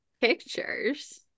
Pictures